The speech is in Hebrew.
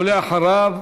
ואחריו,